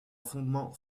fondement